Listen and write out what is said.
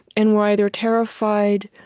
and we're either terrified,